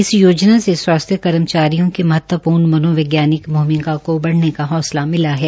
इस योजना से स्वास्थ्य कर्मचारियों का महत्वप्र्ण मनोवैज्ञानिक भूमिका केा बढ़ाने का हौसला मिला है